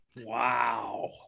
Wow